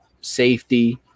safety